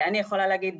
אני יכולה להגיד,